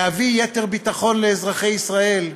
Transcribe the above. להביא יתר ביטחון לאזרחי ישראל,